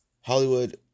Hollywood